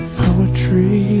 poetry